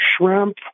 shrimp